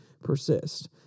persist